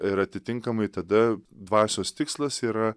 ir atitinkamai tada dvasios tikslas yra